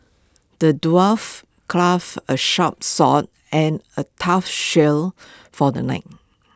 the dwarf crafted A sharp sword and A tough shield for the knight